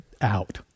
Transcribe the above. out